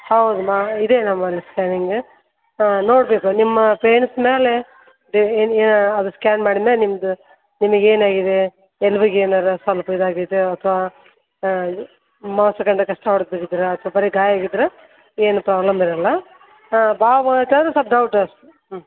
ಹೌದು ಮಾ ಇದೇ ನಮ್ಮಲ್ಲಿ ಸ್ಕ್ಯಾನಿಂಗ್ ನೋಡಬೇಕು ನಿಮ್ಮ ಪೇಯ್ನ್ಸ್ ಮೇಲೆ ಏನು ಅದು ಸ್ಕ್ಯಾನ್ ಮಾಡಿದ್ಮೇಲೆ ನಿಮ್ಮದು ನಿಮಗೇನಾಗಿದೆ ಎಲುಬಿಗೆ ಏನಾದ್ರು ಸ್ವಲ್ಪ ಇದಾಗಿದೆಯಾ ಅಥ್ವಾ ಇದು ಮಾಂಸ ಖಂಡ ಅಥ್ವಾ ಬರೀ ಗಾಯಾಗಿದ್ರೆ ಏನೂ ಪ್ರಾಬ್ಲಮ್ ಇರೋಲ್ಲ ಬಾವು ಬಂದತಂದ್ರೆ ಸ್ವಲ್ಪ ಡೌಟ್ ಅಷ್ಟೇ ಹ್ಞೂ